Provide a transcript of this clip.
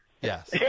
yes